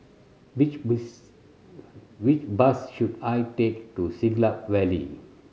which which bus should I take to Siglap Valley